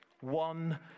One